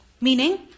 Meaning